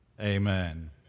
Amen